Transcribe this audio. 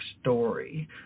story